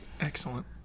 Excellent